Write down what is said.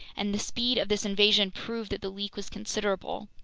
and the speed of this invasion proved that the leak was considerable.